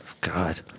God